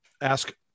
ask